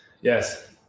Yes